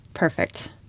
Perfect